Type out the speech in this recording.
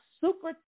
super